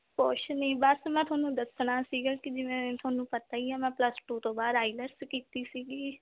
ਕੁਛ ਨਹੀਂ ਬਸ ਮੈਂ ਤੁਹਾਨੂੰ ਦੱਸਣਾ ਸੀਗਾ ਕਿ ਜਿਵੇਂ ਤੁਹਾਨੂੰ ਪਤਾ ਹੀ ਆ ਮੈਂ ਪਲੱਸ ਟੂ ਤੋਂ ਬਾਅਦ ਆਈਲੈਟਸ ਕੀਤੀ ਸੀਗੀ